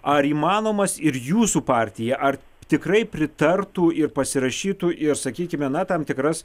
ar įmanomas ir jūsų partija ar tikrai pritartų ir pasirašytų ir sakykime na tam tikras